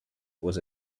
was